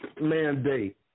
mandate